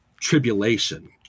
tribulation